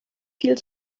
viel